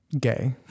gay